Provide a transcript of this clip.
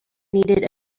needed